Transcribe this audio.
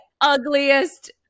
ugliest